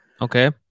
Okay